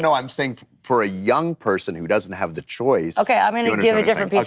no, i'm saying for a young person who doesn't have the choice. okay, i mean i'm gonna give a different piece of